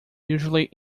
usually